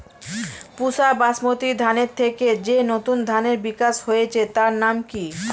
পুসা বাসমতি ধানের থেকে যে নতুন ধানের বিকাশ হয়েছে তার নাম কি?